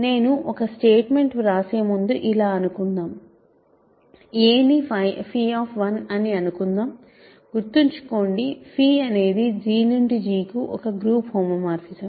నేను ఒక స్టేట్మెంట్ వ్రాసే ముందు ఇలా అనుకుందాం a ని అని అనుకుందాం గుర్తుంచుకోండి అనేది G నుండి G కు ఒక గ్రూప్ హోమోమార్ఫిజం